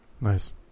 Nice